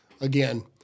Again